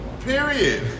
Period